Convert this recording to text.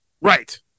Right